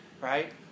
Right